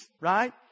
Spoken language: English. Right